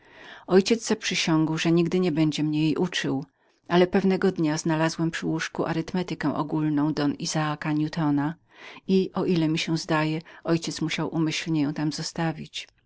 ojciec zaprzysiągł że nigdy nie będzie mnie jej uczył ale pewnego dnia znalazłem przy łóżku arytmetykę ogólną don izaaka newtona i o ile mi się zdaje ojciec musiał umyślnie ją tam zostawić